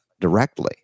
directly